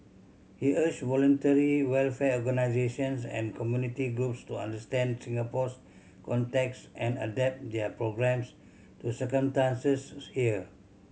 he urged voluntary welfare organisations and community groups to understand Singapore's context and adapt their programmes to circumstances here